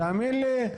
תאמין לי,